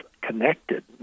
connected